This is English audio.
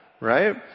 right